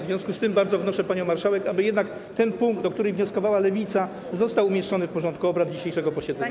W związku z tym bardzo proszę panią marszałek, aby jednak ten punkt, o który wnosiła Lewica, został umieszczony w porządku obrad dzisiejszego posiedzenia.